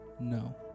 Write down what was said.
No